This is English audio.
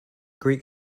greek